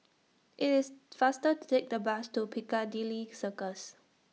IT IS faster to Take The Bus to Piccadilly Circus